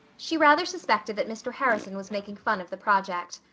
she rather suspected that mr. harrison was making fun of the project.